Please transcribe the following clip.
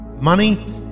Money